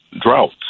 droughts